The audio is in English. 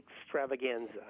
extravaganza